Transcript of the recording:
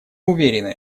уверены